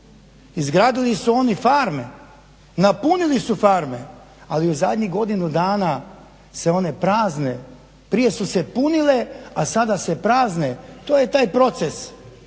Izgradili su oni farme, napunili su farme ali u zadnjih godinu dana se one prazne. Prije su se punile, a sada se prazne. To je taj proces